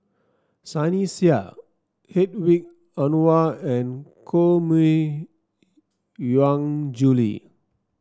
Sunny Sia Hedwig Anuar and Koh Mui Hiang Julie